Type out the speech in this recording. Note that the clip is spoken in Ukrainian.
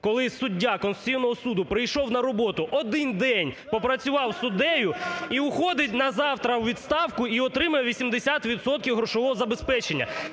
коли суддя Конституційного Суду прийшов на роботу, один день попрацював суддею і уходить назавтра у відставку, і отримує 80 відсотків грошового забезпечення.